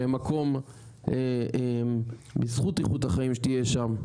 שהם מקום בזכות איכות החיים שתהיה שם,